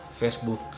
Facebook